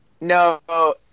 No